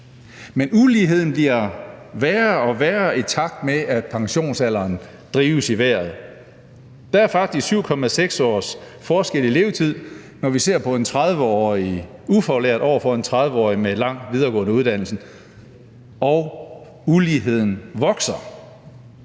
Men uligheden bliver værre og værre, i takt med at pensionsalderen drives i vejret. Der er faktisk 7,6 års forskel i levetid, når vi ser på en 30-årig ufaglært over for en 30-årig med lang videregående uddannelse, og uligheden vokser.